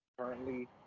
currently